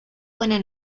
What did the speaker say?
buena